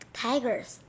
tigers